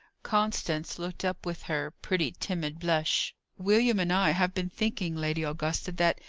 constance looked up with her pretty timid blush. william and i have been thinking, lady augusta, that,